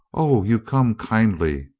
o, you come kindly.